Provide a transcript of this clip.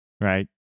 right